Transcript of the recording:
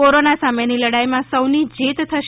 corona સામેની લડાઈ માં સૌની જીત થશે